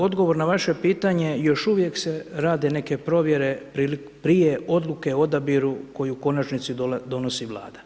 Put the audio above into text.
Odgovor na vaše pitanje, još uvijek se rade neke provjere prije Odluke o odabiru koju u konačnici donosi Vlada.